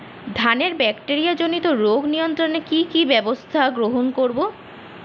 ধানের ব্যাকটেরিয়া জনিত রোগ নিয়ন্ত্রণে কি কি ব্যবস্থা গ্রহণ করব?